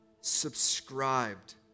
subscribed